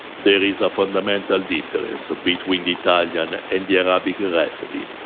there is a fundamental difference between the italian and the arabic recipe,